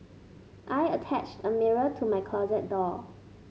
I attached a mirror to my closet door